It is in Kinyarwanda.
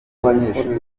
abanyeshuri